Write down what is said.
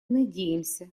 надеемся